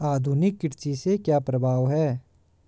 आधुनिक कृषि के क्या प्रभाव हैं?